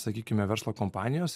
sakykime verslo kompanijos